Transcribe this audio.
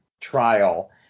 trial